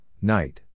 night